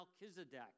Melchizedek